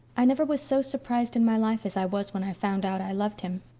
i never was so surprised in my life as i was when i found out i loved him.